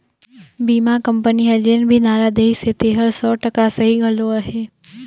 बीमा कंपनी हर जेन भी नारा देहिसे तेहर सौ टका सही घलो अहे